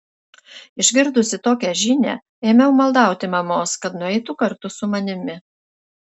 išgirdusi tokią žinią ėmiau maldauti mamos kad nueitų kartu su manimi